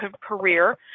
career